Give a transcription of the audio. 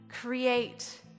Create